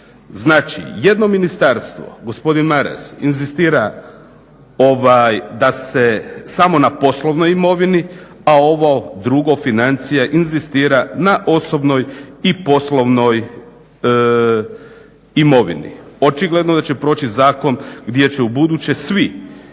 Znači, jedno ministarstvo, gospodin Maras, inzistira da se samo na poslovnoj imovini, a ovo drugo financija inzistira na osobnoj i poslovnoj imovini. Očigledno da će proći zakon gdje će u buduće i